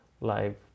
live